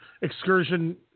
excursion